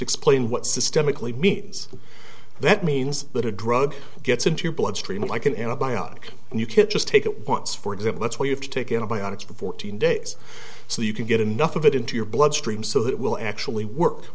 explain what systemically means that means that a drug gets into your bloodstream like an antibiotic and you can't just take it once for example that's why you have to take antibiotics for fourteen days so you can get enough of it into your bloodstream so that it will actually work